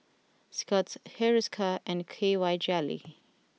Scott's Hiruscar and K Y Jelly